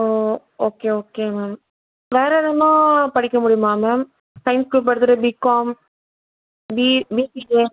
ஓ okay okay ma'am வேற எதுனால் படிக்க முடியுமா மேம் சயின்ஸ் க்ரூப் எடுத்துட்டு பிகாம் பிஇ பிசிஏ